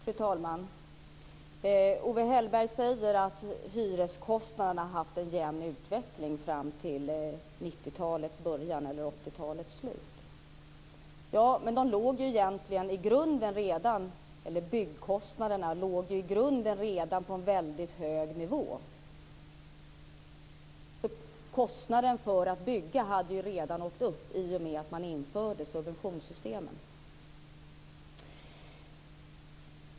Fru talman! Owe Hellberg säger att hyreskostnaderna har haft en jämn utveckling fram till 80-talets slut eller 90-talets början. I grunden låg byggkostnaderna redan på en väldigt hög nivå. Kostnaden för att bygga hade redan stigit i och med att man införde subventionssystemen.